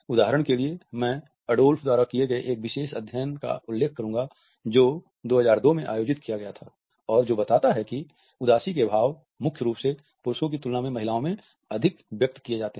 उदाहरण के लिए मैं अडोल्फ द्वारा किये गए एक विशेष अध्ययन का उल्लेख करूंगा जो 2002 में आयोजित किया गया था और जो बताता है कि उदासी के भाव मुख्य रूप से पुरुषों की तुलना में महिलाओं में अधिक व्यक्त किए जाते हैं